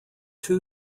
two